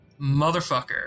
motherfucker